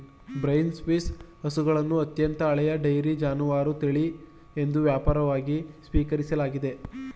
brown Swiss ಹಸುಗಳನ್ನು ಅತ್ಯಂತ ಹಳೆಯ ಡೈರಿ ಜಾನುವಾರು ತಳಿ ಎಂದು ವ್ಯಾಪಕವಾಗಿ ಸ್ವೀಕರಿಸಲಾಗಿದೆ